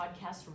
podcast